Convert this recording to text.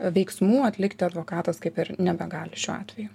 veiksmų atlikti advokatas kaip ir nebegali šiuo atveju